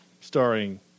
starring